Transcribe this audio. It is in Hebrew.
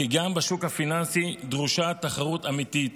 כי גם בשוק הפיננסי דרושה תחרות אמיתית,